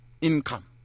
income